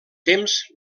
temps